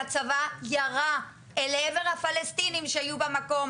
שהצבא ירה לעבר הפלסטינים שהיו במקום,